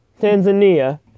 Tanzania